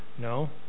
no